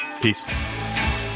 Peace